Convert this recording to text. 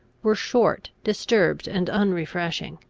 were short, disturbed, and unrefreshing.